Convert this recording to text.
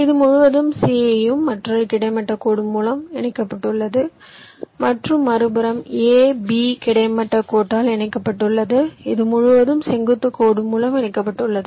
இது முழுவதும் c யும் மற்றொரு கிடைமட்ட கோடு மூலம் இணைக்கப்பட்டுள்ளது மற்றும் மறுபுறம் a b கிடைமட்ட கோட்டால் இணைக்கப்பட்டுள்ளது இது முழுவதும் செங்குத்து கோடு மூலம் இணைக்கப்பட்டுள்ளது